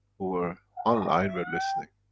who were online were listening.